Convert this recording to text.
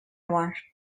var